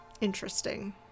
interesting